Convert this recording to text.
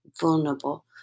vulnerable